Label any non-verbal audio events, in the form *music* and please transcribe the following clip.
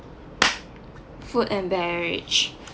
*noise* food and beverage